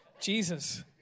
jesus